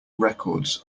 records